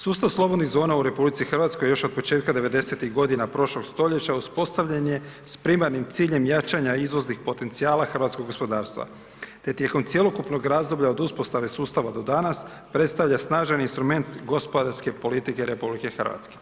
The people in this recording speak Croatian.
Sustav slobodnih zona u RH još od početka 90-ih godina prošlog stoljeća uspostavljen je s primarnim ciljem jačanja izvoznih potencijala hrvatskog gospodarstva te tijekom cjelokupnog razdoblja od uspostave sustava do danas predstavlja snažan instrument gospodarske politike RH.